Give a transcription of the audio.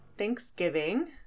thanksgiving